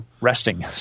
resting